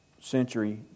century